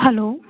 hello